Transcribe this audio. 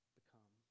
become